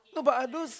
no but are those